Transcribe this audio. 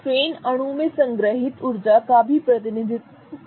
strain अणु में संग्रहीत ऊर्जा का भी प्रतिनिधित्व करता है